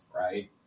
right